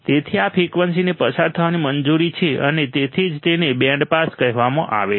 તેથી આ ફ્રિકવન્સીને પસાર થવાની મંજૂરી છે અને તેથી જ તેને બેન્ડ પાસ કહેવામાં આવે છે